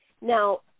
Now